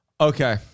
Okay